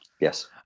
Yes